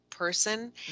person